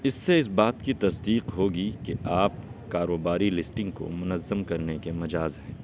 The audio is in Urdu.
اس سے اس بات کی تصدیق ہوگی کہ آپ کاروباری لیسٹنگ کو منظم کرنے کے مجاز ہیں